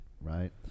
right